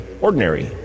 ordinary